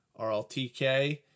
RLTK